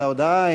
על ההודעה.